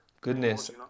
Goodness